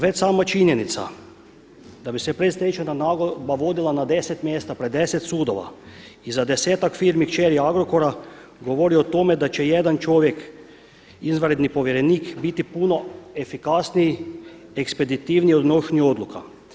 Već sama činjenica da bi se predstečajna nagodba vodila na 10 mjesta pred 10 sudova i za 10-ak firmi kćeri Agrokora govori o tome da će jedan čovjek izvanredni povjerenik biti puno efikasniji, ekspeditivniji u donošenju odluka.